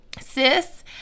sis